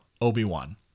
Obi-Wan